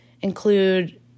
include